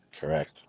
Correct